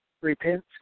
repent